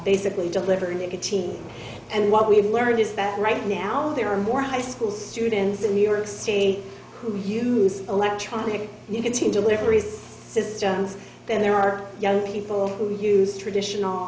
basically delivering a good team and what we've learned is that right now there are more high school students in new york state who use electronic you can see delivery systems than there are young people who use traditional